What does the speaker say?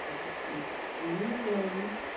मिल जाएगी